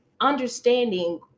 understanding